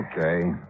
Okay